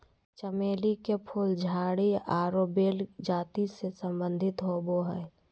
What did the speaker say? चमेली के फूल झाड़ी आरो बेल जाति से संबंधित होबो हइ